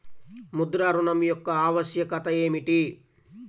ముద్ర ఋణం యొక్క ఆవశ్యకత ఏమిటీ?